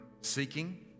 seeking